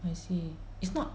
I see it's not